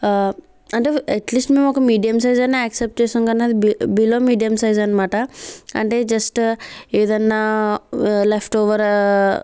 ఆ అంటే అట్లీస్ట్ ఒక మీడియం సైజ్ అన్నా యాక్సెప్ట్ చేసాం కానీ అది బిలో మీడియం సైజ్ అనమాట అంటే జస్ట్ ఏదన్నా లెఫ్ట్ ఓవర్